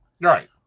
Right